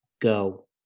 go